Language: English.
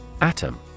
Atom